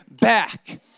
back